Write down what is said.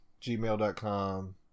gmail.com